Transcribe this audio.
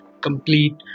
complete